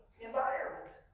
environment